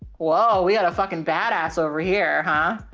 whoa. we got a fucking bad ass over here, huh?